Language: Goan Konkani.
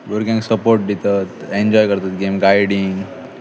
भुरग्यांक सपोर्ट दितात एन्जॉय करतात गेम गायडींग